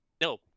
no